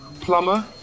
plumber